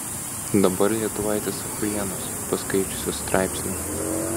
dabar lietuvaitės achuienos paskaičiusios straipsnį